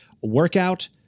workout